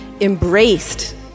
embraced